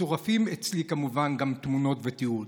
מצורפים אצלי כמובן גם תמונות ותיעוד.